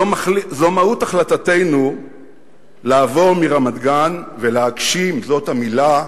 זו מהות החלטתנו לעבור מרמת-גן ולהגשים, זאת המלה,